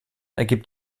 ergibt